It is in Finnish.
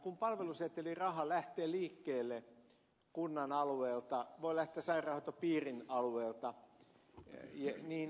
kun palveluseteliraha lähtee liikkeelle kunnan alueelta voi lähteä sairaanhoitopiirin alueelta niin siinä tapahtuu kaksinkertainen vahinko